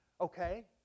okay